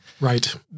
Right